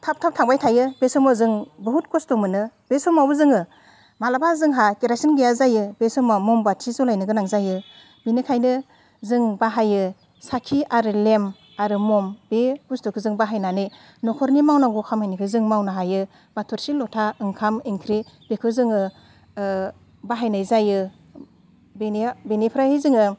थाब थाब थांबाय थायो बे समाव जों बुहुद खस्थ' मोनो बै समावबो जोङो माब्लाबा जोंहा केरासिन गैया जायो बे समाव म'म बाथि जलायनो गोनां जायो बिनिखायनो जों बाहायि साखि आरो लेम आरो म'म बे बुस्थुखो जों बाहायनानै न'खरनि मावनांगौ खामानिखौ जों मावनो हायो बा थोरसि लथा ओंखाम ओंख्रि बेखौ जोङो बाहायनाय जायो बेनिफ्रायहाय जोङो